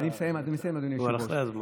אתה כבר אחרי הזמן.